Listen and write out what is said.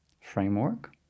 framework